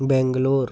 Bengaluru